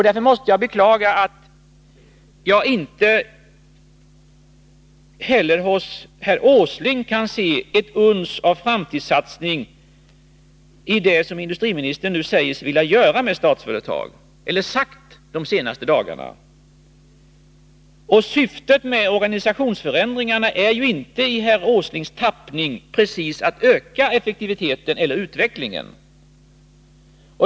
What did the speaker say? Därför måste jag beklaga att jag inte kan se ett uns av framtidssatsning heller i det herr Åsling nu säger — eller de senaste dagarna sagt — sig vilja göra med Statsföretag. Syftet med organisationsförändringarna är ju inte, i herr Åslings tappning, precis att öka effektiviteten eller förändra utvecklingen.